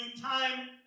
time